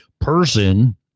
person